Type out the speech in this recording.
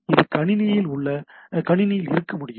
இது கணினியில் இருக்க முடியும்